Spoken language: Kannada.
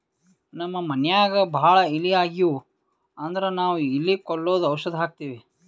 ನಮ್ಮ್ ಮನ್ಯಾಗ್ ಭಾಳ್ ಇಲಿ ಆಗಿವು ಅಂದ್ರ ನಾವ್ ಇಲಿ ಕೊಲ್ಲದು ಔಷಧ್ ಹಾಕ್ತಿವಿ